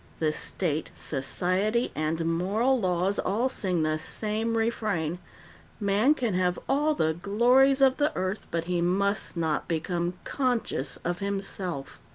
the state, society, and moral laws all sing the same refrain man can have all the glories of the earth, but he must not become conscious of himself.